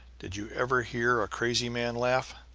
did you ever hear a crazy man laugh?